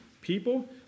people